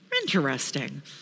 Interesting